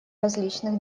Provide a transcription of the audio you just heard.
различных